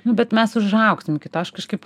nu bet mes užaugsim iki to aš kažkaip